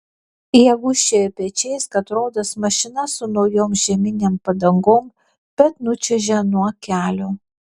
jie gūžčioja pečiais kad rodos mašina su naujom žieminėm padangom bet nučiuožė nuo kelio